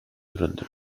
durante